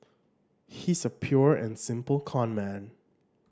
he's a pure and simple conman